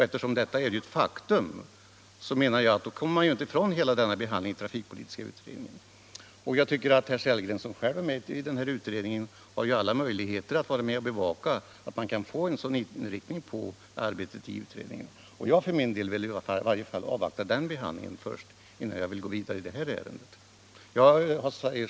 Eftersom detta är ett faktum, kommer man inte ifrån denna behandling i trafikpolitiska utredningen. Herr Sellgren, som själv är med i den utredningen, har ju alla möjligheter att bevaka att man får en sådan inriktning på arbetet. Jag vill avvakta den behandlingen innan jag är beredd till annat ställningstagande.